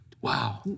Wow